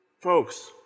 Folks